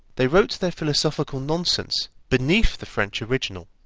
they wrote their philosophical nonsense beneath the french original.